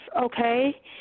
okay